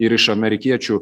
ir iš amerikiečių